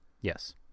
Yes